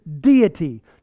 deity